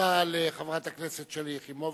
תודה לחברת הכנסת שלי יחימוביץ,